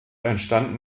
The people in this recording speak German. entstanden